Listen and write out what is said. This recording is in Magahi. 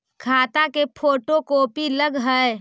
खाता के फोटो कोपी लगहै?